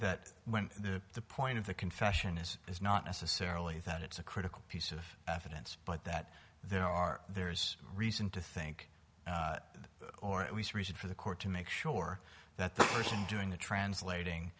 say that the point of the confession is is not necessarily that it's a critical piece of evidence but that there are there's reason to think or at least reason for the court to make sure that the person doing the translating